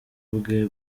bwe